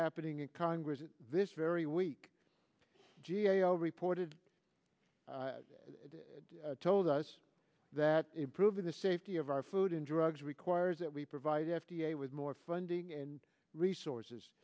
happening in congress this very week g a o reported told us that improving the safety of our food and drugs requires that we provide the f d a with more funding and resources